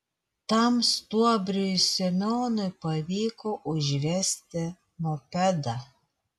tam stuobriui semionui pavyko užvesti mopedą